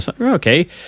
okay